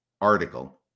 article